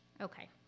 Okay